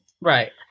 right